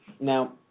now